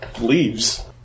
leaves